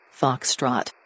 Foxtrot